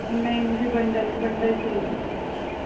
نہیں مجھے bundle bundle چاہیے